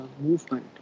movement